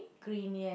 green yeah